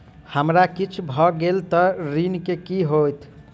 हमरा किछ भऽ गेल तऽ ऋण केँ की होइत?